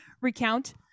recount